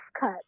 Cut